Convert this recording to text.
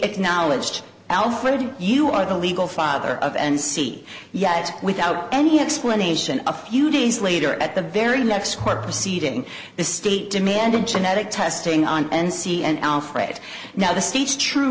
acknowledged alfred you are the legal father of and c yet without any explanation a few days later at the very next court proceeding the state demanded genetic testing on n c and alfred now the speech true